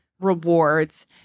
rewards